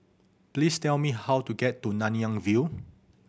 please tell me how to get to Nanyang View